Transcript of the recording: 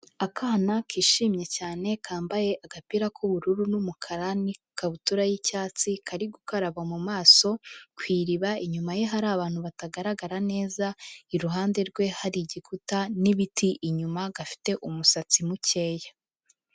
Akana kishimye cyane kambaye agapira k'ubururu n'umukara n'ikabutura y'icyatsi, kari gukaraba mu maso ku iriba, inyuma ye hari abantu batagaragara neza, iruhande rwe hari igikuta n'ibiti inyuma, gafite umusatsi mukeya.